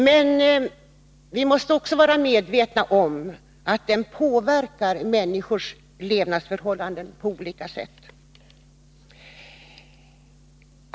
Men vi måste också vara medvetna om att den påverkar människors levnadsförhållanden på olika sätt.